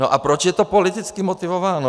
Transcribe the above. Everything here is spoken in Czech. A proč je to politicky motivováno?